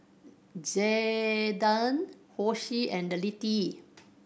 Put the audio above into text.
Jaiden Hosie and Littie